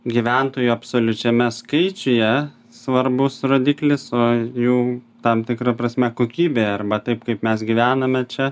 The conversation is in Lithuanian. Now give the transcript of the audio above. gyventojų absoliučiame skaičiuje svarbus rodiklis o jų tam tikra prasme kokybėje arba taip kaip mes gyvename čia